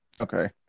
Okay